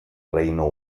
reino